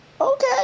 okay